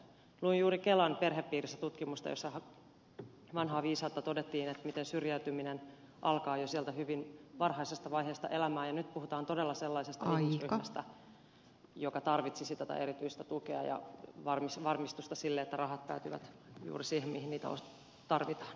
luin juuri kelan perhepiirissä tutkimusta jossa todettiin vanha viisaus miten syrjäytyminen alkaa jo sieltä hyvin varhaisesta vaiheesta elämää ja nyt puhutaan todella sellaisesta ihmisryhmästä joka tarvitsisi tätä erityistä tukea ja varmistusta sille että rahat päätyvät juuri siihen mihin niitä tarvitaan